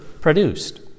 produced